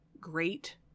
great